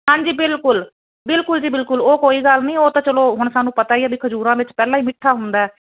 ਹਾਂਜੀ ਬਿਲਕੁਲ ਬਿਲਕੁਲ ਜੀ ਬਿਲਕੁਲ ਉਹ ਕੋਈ ਗੱਲ ਨਹੀਂ ਉਹ ਤਾਂ ਚਲੋ ਹੁਣ ਸਾਨੂੰ ਪਤਾ ਹੀ ਆ ਵੀ ਖਜੂਰਾਂ ਵਿੱਚ ਪਹਿਲਾਂ ਹੀ ਮਿੱਠਾ ਹੁੰਦਾ